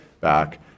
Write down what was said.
back